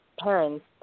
parents